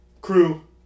Crew